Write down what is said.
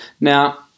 Now